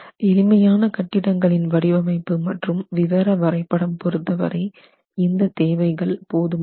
எளிமையான கட்டிடங்களின்வடிவமைப்பு மற்றும் விவர வரைபடம் பொறுத்தவரை இந்த தேவைகள் போதுமானது